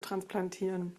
transplantieren